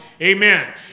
Amen